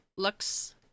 Lux